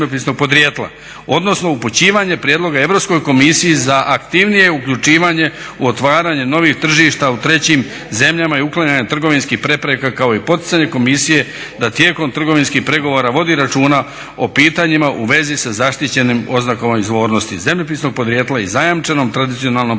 odnosno upućivanje prijedloga Europskoj komisiji za aktivnije uključivanje u otvaranje novih tržišta u trećim zemljama i uklanjanje trgovinskih prepreka kao i poticanje Komisije da tijekom trgovinskih pregovora vodi računa o pitanjima u vezi sa zaštićenim oznakama izvornosti, zemljopisnog podrijetla i zajamčenom tradicionalnom posebnosti